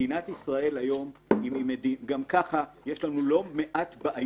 מדינת ישראל היום גם ככה יש לנו בעיות